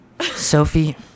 Sophie